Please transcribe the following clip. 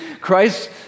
Christ